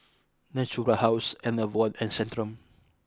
Natura House Enervon and Centrum